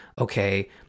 okay